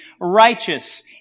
righteous